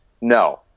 No